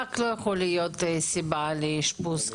המרחק לא יכול להיות סיבה לאשפוז?